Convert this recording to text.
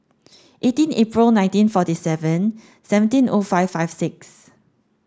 eighteen April nineteen forty seven seventeen O five five six